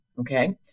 Okay